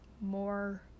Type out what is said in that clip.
more